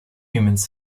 humans